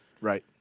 Right